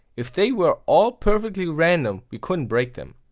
if they were all perfectly random we couldn't break them.